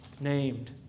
named